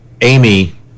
Amy